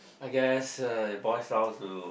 I guess uh it boils down to